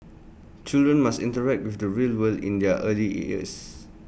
children must interact with the real world in their early years